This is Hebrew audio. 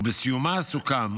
ובסיומה סוכם